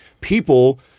people